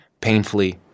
painfully